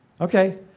Okay